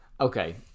Okay